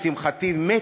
לשמחתי מת